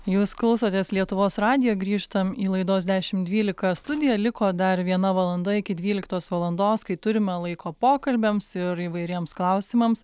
jūs klausotės lietuvos radijo grįžtam į laidos dešim dvylika studiją liko dar viena valanda iki dvyliktos valandos kai turim laiko pokalbiams ir įvairiems klausimams